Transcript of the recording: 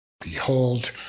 behold